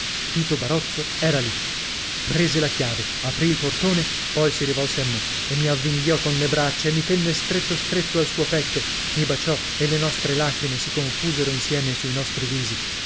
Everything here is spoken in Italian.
tito barozzo era lì prese la chiave aprì il portone poi si rivolse a me e mi avvinghiò con le braccia e mi tenne stretto stretto al suo petto mi baciò e le nostre lacrime si confusero insieme sui nostri visi